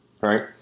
Right